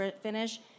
finish